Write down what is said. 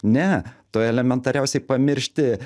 ne tu elementariausiai pamiršti